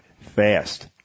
fast